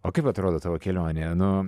o kaip atrodo tavo kelionė nu